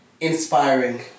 inspiring